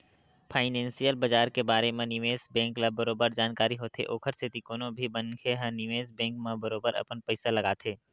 financial बजार के बारे म निवेस बेंक ल बरोबर जानकारी होथे ओखर सेती कोनो भी मनखे ह निवेस बेंक म बरोबर अपन पइसा लगाथे